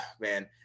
man